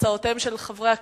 הצעותיהם של חברי הכנסת,